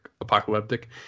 apocalyptic